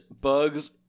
Bugs